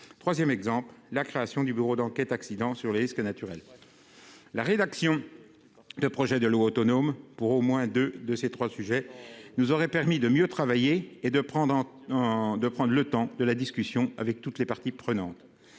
côte 3ème exemple : la création du Bureau d'enquêtes accidents sur les risques naturels, la rédaction de projets de loi autonome pour au moins 2 de ces 3 sujets, nous aurait permis de mieux travailler et de prendre un an de prendre le temps de la discussion avec toutes les parties prenantes,